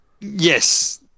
Yes